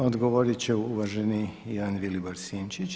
Odgovorit će uvaženi Ivan Vilibor Sinčić.